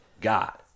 God